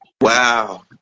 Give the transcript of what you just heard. Wow